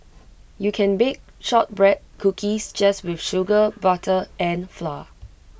you can bake Shortbread Cookies just with sugar butter and flour